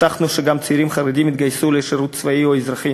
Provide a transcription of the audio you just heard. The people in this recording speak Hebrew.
הבטחנו שגם צעירים חרדים יתגייסו לשירות צבאי או אזרחי,